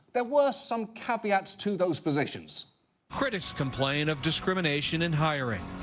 there were some caveats to those positions critics complain of discrimination in hiring.